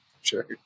Sure